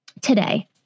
today